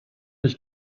ich